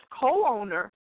co-owner